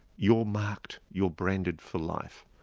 you're marked, you're branded for life.